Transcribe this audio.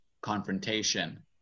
confrontation